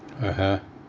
(uh huh)